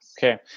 Okay